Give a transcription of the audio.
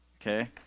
Okay